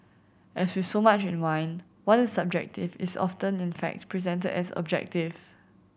as with so much in wine what is subjective is often in fact presented as objective